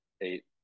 eight